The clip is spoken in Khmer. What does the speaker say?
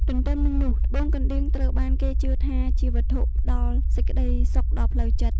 ទន្ទឹមនឹងនោះ ត្បូងកណ្ដៀងត្រូវបានគេជឿថាជាវត្ថុផ្ដល់សេចក្ដីសុខដល់ផ្លូវចិត្ត។